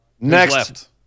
next